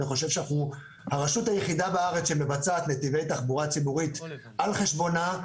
אנחנו הרשות היחידה בארץ שמבצעת נתיבי תחבורה ציבורית על חשבונה,